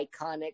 iconic